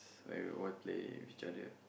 where we would all playing with each other